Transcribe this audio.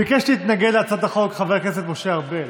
ביקש להתנגד להצעת החוק חבר הכנסת משה ארבל.